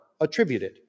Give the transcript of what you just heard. attributed